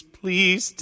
please